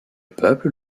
peuple